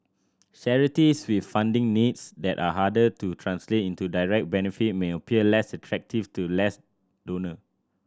charities with funding needs that are harder to translate into direct benefit may appear less attractive to less donor